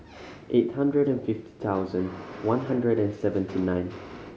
eight hundred and fifty thousand one hundred and seventy nine